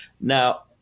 Now